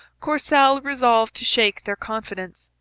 courcelle resolved to shake their confidence.